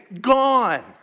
gone